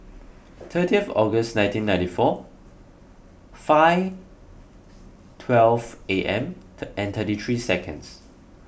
thirtieth August nineteen ninety four five twelve A M thirty three seconds